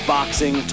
Boxing